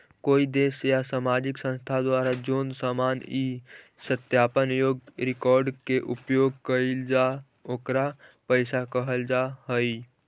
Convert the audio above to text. कोई देश या सामाजिक संस्था द्वारा जोन सामान इ सत्यापन योग्य रिकॉर्ड के उपयोग कईल जा ओकरा पईसा कहल जा हई